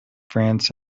france